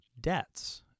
debts